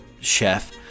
chef